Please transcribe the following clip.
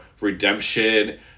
redemption